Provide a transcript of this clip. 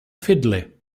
fiddly